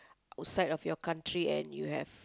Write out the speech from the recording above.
outside of your country and you have